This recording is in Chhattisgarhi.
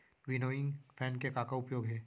विनोइंग फैन के का उपयोग हे?